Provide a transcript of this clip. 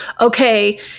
okay